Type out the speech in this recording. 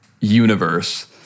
universe